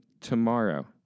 Tomorrow